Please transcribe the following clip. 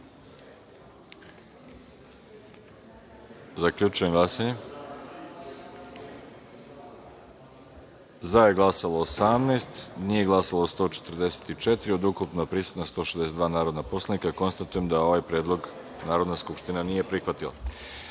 predlog. Zaključujem glasanje: za – 18, nije glasalo 144 od ukupno prisutna 162 narodna poslanika. Konstatujem da ovaj predlog Narodna skupština nije prihvatila. Narodni